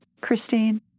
Christine